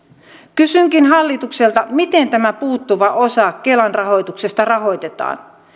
kysynkin hallitukselta miten tämä puuttuva osa kelan rahoituksesta rahoitetaan